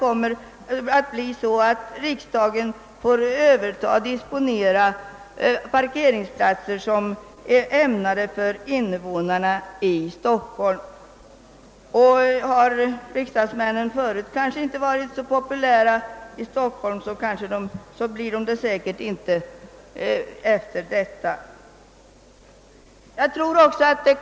Om riksdagsmännen förut inte varit populära i Stockholm, kommer de säkerligen inte heller att bli det efter att ha flyttat in vid Sergels torg.